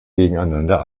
gegeneinander